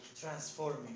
transforming